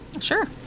sure